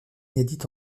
inédite